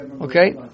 Okay